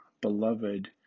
beloved